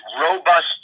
robust